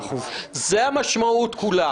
זה המשמעות כולה.